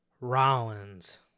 Rollins